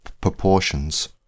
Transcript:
Proportions